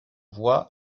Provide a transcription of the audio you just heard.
voix